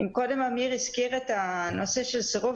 אם קודם אמיר הזכיר את הנושא של סירוב